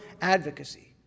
advocacy